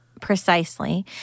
Precisely